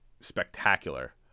spectacular